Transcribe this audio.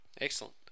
excellent